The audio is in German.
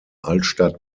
altstadt